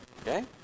Okay